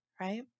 right